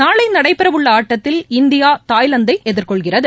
நாளை நடைபெறவுள்ள ஆட்டத்தில் இந்தியா தாய்லாந்தை எதிர்கொள்கிறது